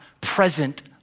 present